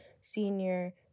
senior